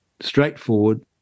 straightforward